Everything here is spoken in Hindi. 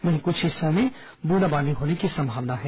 वहीं कुछ हिस्सों में बूंदाबांदी होने की संभावना है